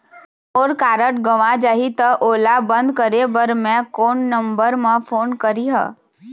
मोर card गंवा जाही त ओला बंद करें बर मैं कोन नंबर म फोन करिह?